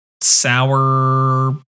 sour